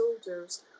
soldiers